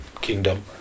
kingdom